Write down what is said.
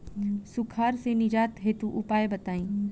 सुखार से निजात हेतु उपाय बताई?